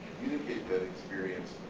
communicate that experience,